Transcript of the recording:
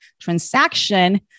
transaction